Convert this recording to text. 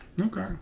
Okay